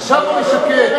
עכשיו אני שקט.